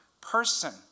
person